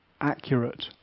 accurate